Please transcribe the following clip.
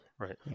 Right